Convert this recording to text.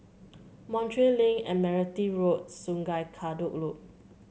Montreal Link Admiralty Road Sungei Kadut Loop